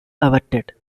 averted